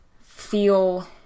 feel